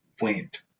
went